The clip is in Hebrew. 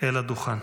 אל הדוכן.